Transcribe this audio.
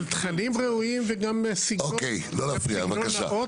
של תכנים ראויים וגם סגנון נאות.